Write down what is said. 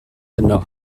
yno